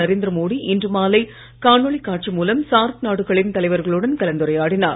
நரேந்திர மோடி இன்று மாலை காணொலி காட்சி மூலம் சார்க் நாடுகளின் தலைவர்களுடன் கலந்துரையாடினார்